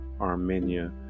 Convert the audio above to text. Armenia